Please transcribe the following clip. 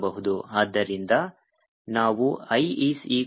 ಆದ್ದರಿಂದ ನಾವು I is equals to I 1 plus I 2 ಎಂದು ಬರೆಯೋಣ